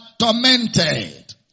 tormented